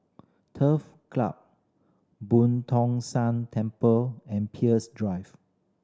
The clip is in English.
Turf Club Boon Tong San Temple and Peirce Drive